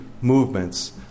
movements